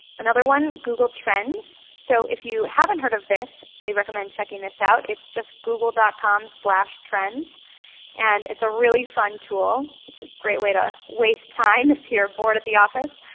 another one, google trends. so if you haven't heard of this i recommend checking this out. it's just google dot com slash trends and it's a really fun tool. it's a great way to waste time if you're bored at the office.